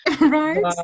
Right